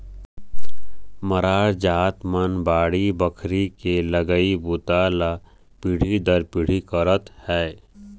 मरार जात मन बाड़ी बखरी के लगई बूता ल पीढ़ी दर पीढ़ी करत हे